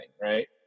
right